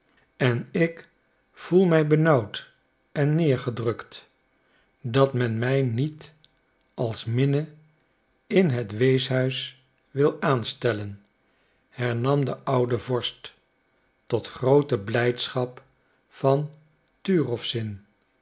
en ik voel mij benauwd en neergedrukt dat men mij niet als minne in het weeshuis wil aanstellen hernam de oude vorst tot groote blijdschap van turowzin